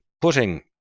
putting